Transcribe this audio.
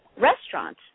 restaurant